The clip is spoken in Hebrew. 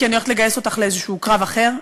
כי אני הולכת לגייס אותך לאיזשהו קרב אחר.